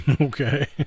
Okay